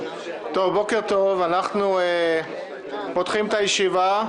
בוקר טוב, אנחנו פותחים את הישיבה.